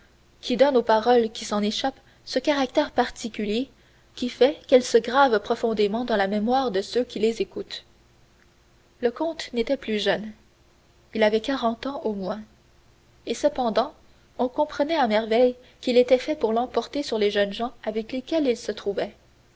qui donne aux paroles qui s'en échappent ce caractère particulier qui fait qu'elles se gravent profondément dans la mémoire de ceux qui les écoutent le comte n'était plus jeune il avait quarante ans au moins et cependant on comprenait à merveille qu'il était fait pour l'emporter sur les jeunes gens avec lesquels il se trouverait